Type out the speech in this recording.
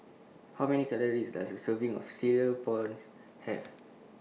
How Many Calories Does A Serving of Cereal Prawns Have